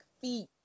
feet